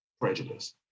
prejudice